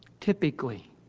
typically